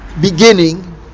beginning